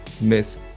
miss